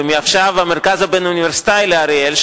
ומעכשיו המרכז הבין-אוניברסיטאי באריאל,